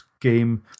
game